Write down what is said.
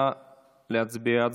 נא להצביע.